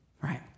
Right